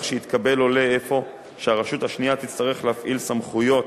שהתקבל עולה אפוא שהרשות השנייה תצטרך להפעיל סמכויות